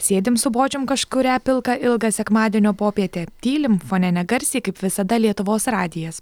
sėdim su bočium kažkurią pilką ilgą sekmadienio popietę tylim fone negarsiai kaip visada lietuvos radijas